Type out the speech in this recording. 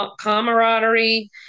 camaraderie